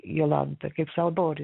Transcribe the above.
jolanta kaip sau nori